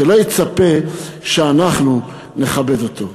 שלא יצפה שאנחנו נכבד אותו.